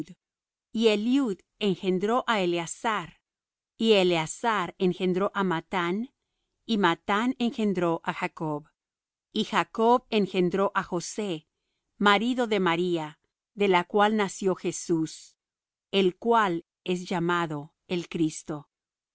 engendró á eleazar y eleazar engendró á mathán y mathán engendró á jacob y jacob engendró á josé marido de maría de la cual nació jesús el cual es llamado el cristo